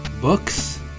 books